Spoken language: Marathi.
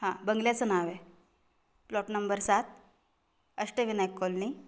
हां बंगल्याचं नाव आहे प्लॉट नंबर सात अष्टविनायक कॉलनी